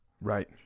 Right